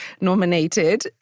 nominated